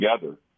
together